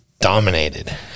dominated